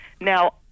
Now